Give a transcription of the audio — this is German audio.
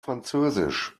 französisch